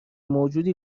موجودی